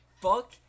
Fuck